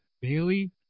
Bailey